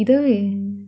mm